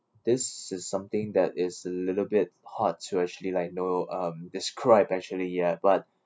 this is something that is a little bit hard to actually like know um describe actually yet but